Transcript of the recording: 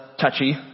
touchy